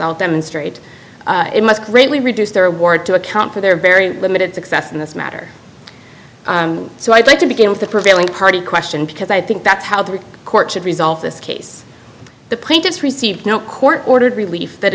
well demonstrate it must greatly reduce their award to account for their very limited success in this matter so i'd like to begin with the prevailing party question because i think that's how the court should resolve this case the plaintiffs received no court ordered relief that